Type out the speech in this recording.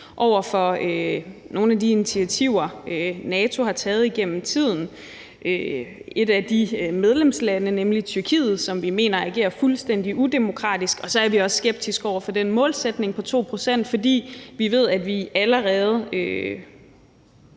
over for nogle af de initiativer, NATO har taget igennem tiden, og et af de medlemslande, nemlig Tyrkiet, som vi mener agerer fuldstændig udemokratisk. Og så er vi også skeptiske over for den målsætning på 2 pct., fordi vi ved, at vi bredt